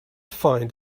find